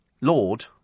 Lord